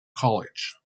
college